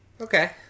Okay